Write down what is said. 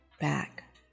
back